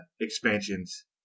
expansions